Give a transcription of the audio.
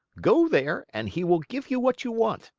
go there and he will give you what you want.